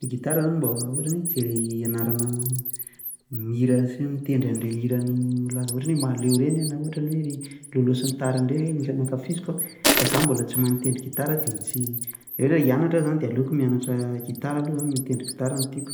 ny gitara zany mba ohatra ny hoe jery ianarana mihira sy mitendry an'reny hiran'ny malaza ohatry ny hoe Mahaleo reny a na ohatra ny hoe Lolo sy ny tariny reny zao no tena ankafizoko a, fa za mbola tsy mahay mitendry gitara de tsy raha ohatra hoe hianatra aho zany de aleoko mianatra gitara aloha zany mitendry gitara no tiako.